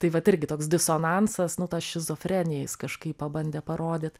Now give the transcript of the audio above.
tai vat irgi toks disonansas nu tą šizofreniją jis kažkaip pabandė parodyt